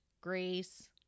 grace